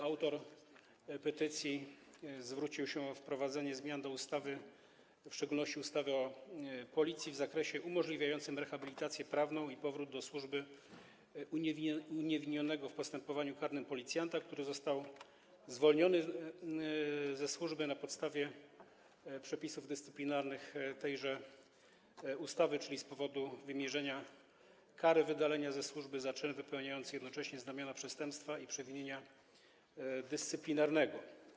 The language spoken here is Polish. Autor petycji zwrócił się o wprowadzenie zmian do ustaw, w szczególności do ustawy o Policji, w zakresie umożliwiającym rehabilitację prawną i powrót do służby uniewinnionego w postępowaniu karnym policjanta, który został zwolniony ze służby na podstawie przepisów dyscyplinarnych tejże ustawy, czyli z powodu wymierzenia kary wydalenia ze służby za czyn wypełniający jednocześnie znamiona przestępstwa i przewinienia dyscyplinarnego.